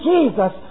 Jesus